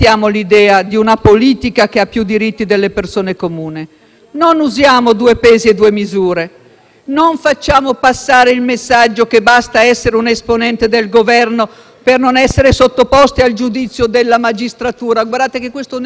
Non facciamo passare il messaggio che basta essere un esponente del Governo per non essere sottoposti al giudizio della magistratura. Guardate che questo è un precedente gravissimo. Ministro Salvini, glielo chiedo nelle sue funzioni